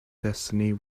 destiny